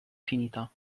finita